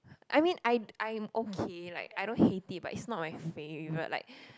I mean I I am okay like I don't hate it but is not my favorite like